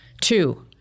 Two